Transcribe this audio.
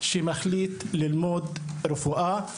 בחברה הערבית שמחליט ללמוד רפואה.